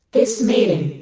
this maiden,